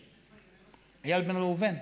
איל בן ראובן,